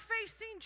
facing